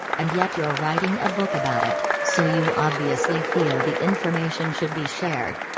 and yet you're writing a book about it, so you obviously feel the information should be shared.